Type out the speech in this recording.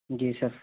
جی سر